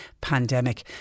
pandemic